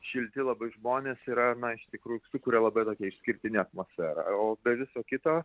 šilti labai žmonės yra na iš tikrųjų sukuria labai tokią išskirtinę atmosferą o be viso kito